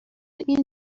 این